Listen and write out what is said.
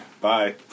Bye